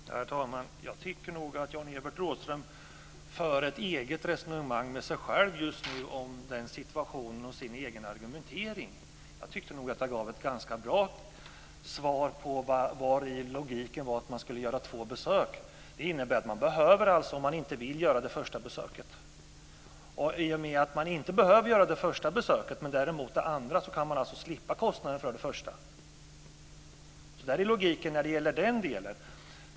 Herr talman! Jag tycker nog att Jan-Evert Rådhström för ett eget resonemang med sig själv just nu om den här situationen och sin egen argumentering. Jag tyckte att jag gav ett ganska bra svar när det gäller vari logiken ligger i att göra två besök. Det innebär att man inte behöver göra det första besöket om man inte vill. I och med att man inte behöver göra det första besöket, men däremot det andra, så kan man också slippa kostnaden för det första. Där finns logiken när det gäller den delen.